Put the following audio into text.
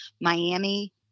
Miami